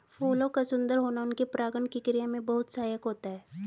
फूलों का सुंदर होना उनके परागण की क्रिया में बहुत सहायक होता है